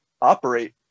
operate